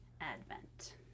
Advent